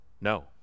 No